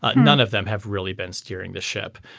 ah none of them have really been steering the ship.